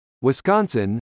Wisconsin